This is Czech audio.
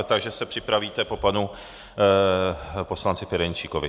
Takže se připravíte po panu poslanci Ferjenčíkovi.